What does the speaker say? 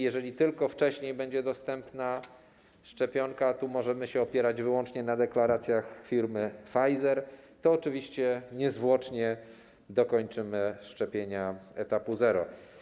Jeżeli tylko wcześniej będzie dostępna szczepionka - a tu możemy opierać się wyłącznie na deklaracjach firmy Pfizer - to oczywiście niezwłocznie dokończymy szczepienia w etapie zero.